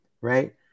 right